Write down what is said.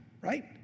right